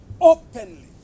openly